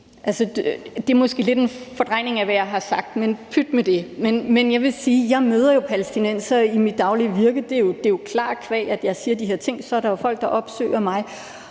Det er måske lidt en fordrejning af, hvad jeg har sagt, men pyt med det. Jeg vil sige, at jeg jo møder palæstinensere i mit daglige virke. Det er klart, at qua jeg siger de her ting, er der folk, der opsøger mig.